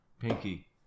Pinky